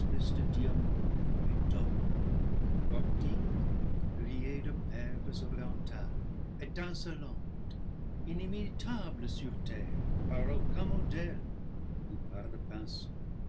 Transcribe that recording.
et d'or le portique brillait de perles orientales étincelantes inimitables sur terre par aucun modèle ou par le pinceau